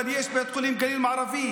אבל יש בית חולים גליל מערבי,